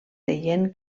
deien